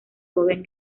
joven